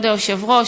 כבוד היושב-ראש,